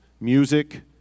music